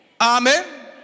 Amen